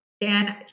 Dan